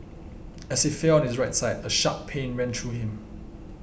as he fell on his right side a sharp pain ran through him